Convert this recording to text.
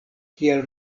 kiel